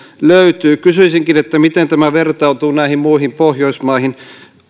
löytyy kysyisinkin miten tämä vertautuu näihin muihin pohjoismaihin